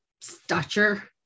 stature